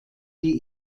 die